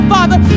Father